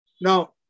Now